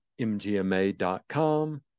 mgma.com